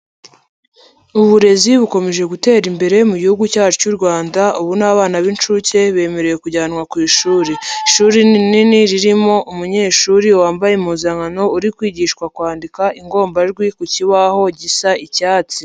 Uburezi bukomeje gutera imbere mu gihugu cyacu cy'u Rwanda, ubu n'abana b'inshuke bemerewe kujyanwa ku ishuri. Ishuri rinini ririmo umunyeshuri wambaye impuzankano uri kwigishwa kwandika ingombajwi ku kibaho gisa icyatsi.